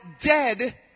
dead